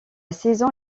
saison